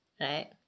right